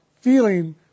feeling